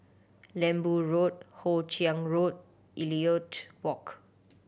Lembu Road Hoe Chiang Road Elliot Walk